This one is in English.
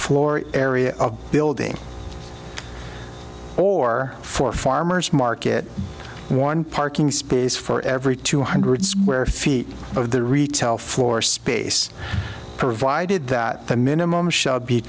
floor area of building or for farmer's market one parking space for every two hundred square feet of the retail floor space provided that the minimum should be